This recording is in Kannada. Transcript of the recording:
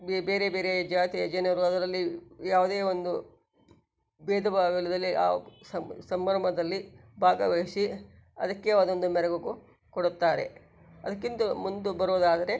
ಬೆ ಬೇರೆಬೇರೆ ಜಾತಿಯ ಜನರು ಅದರಲ್ಲಿ ಯಾವುದೇ ಒಂದು ಭೇದಭಾವ ಇಲ್ದೆ ಆ ಸಂ ಸಂಭ್ರಮದಲ್ಲಿ ಭಾಗವಹಿಸಿ ಅದಕ್ಕೆ ಆದ ಒಂದು ಮೆರಗು ಕೊ ಕೊಡುತ್ತಾರೆ ಅದ್ಕಿಂತ ಮುಂದೆ ಬರುವುದಾದರೆ